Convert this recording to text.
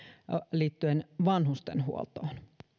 liittyen vanhustenhuoltoon